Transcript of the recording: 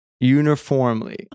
Uniformly